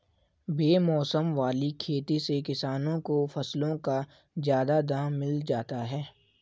बेमौसम वाली खेती से किसानों को फसलों का ज्यादा दाम मिल जाता है